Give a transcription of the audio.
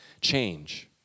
change